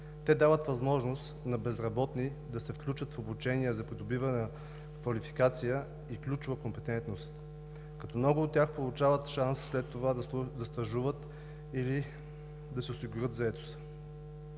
Те дават възможност на безработни да се включат в обучение за придобиване на квалификация и ключова компетентност, като много от тях получават шанс след това да стажуват или да си осигурят заетост.